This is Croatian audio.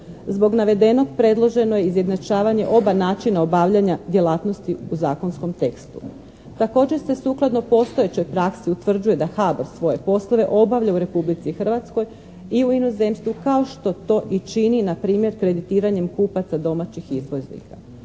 Zbog navedenog predloženo je izjednačavanje oba načina obavljanja djelatnosti u zakonskom tekstu. Također se sukladno postojećoj praksi utvrđuje da HABOR svoje poslove obavlja u Republici Hrvatskoj i u inozemstvu kao što to i čini, npr., kreditiranjem kupaca domaćih izvoznika.